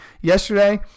yesterday